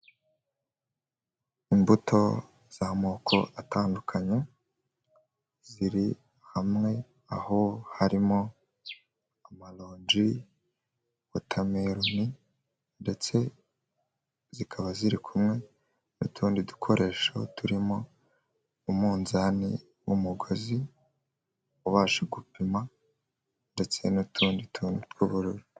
Imbuto z'amoko atandukanye ziri hamwe aho harimo amaronji, worameroni ndetse zikaba ziri kumwe n'utundi dukoresho turimo umunzani w'umugozi, ubasha gupima ndetse n'utundi tune tw'ubururu.